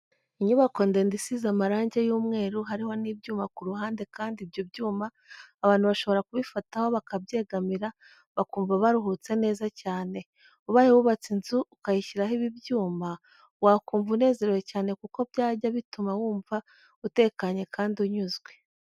Inyubako ndende, isize amarange y'umweru hariho n'ibyuma ku ruhande kandi ibyo byuma abantu bashobora kubifataho bakabyegamira bakumva baruhutse neza cyane, ubaye wubatse inzu, ukayishyiraho ibi byuma wakumva unezerewe cyane kuko byajya bituma wumva utekanye kandi unyuzwe.